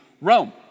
Rome